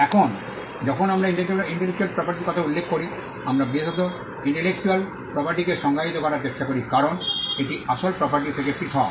এখন যখন আমরা ইন্টেলেকচুয়াল প্রপার্টি র কথা উল্লেখ করি আমরা বিশেষত ইন্টেলেকচুয়াল প্রপার্টি কে সংজ্ঞায়িত করার চেষ্টা করি কারণ এটি আসল প্রপার্টি থেকে পৃথক